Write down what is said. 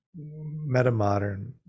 metamodern